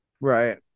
Right